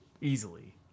Easily